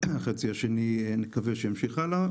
החצי השני, נקווה שימשיך הלאה.